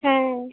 হ্যাঁ